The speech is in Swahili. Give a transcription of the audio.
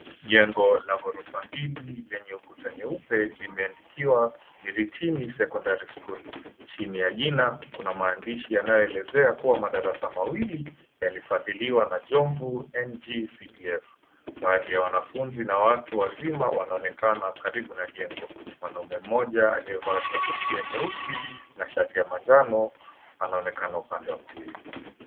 Jengo la ghorofa mbili lenye kuta nyeupe limeandikiwa Miritini secondary school. Chini ya jina kuna maandishi yanayoelezea kuwa madarasa mawili yalifadhiliwa na Jomvu NCD CDF. Baadhi ya wanafunzi na watu wazima wanaonekana karibu na jengo. Mwanaume mmoja aliyevalia kofia nyeusi na shati ya manjano anaonekana upande wa kulia.